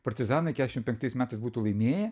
partizanai kešim penktais metais būtų laimėję